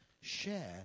share